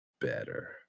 better